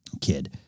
kid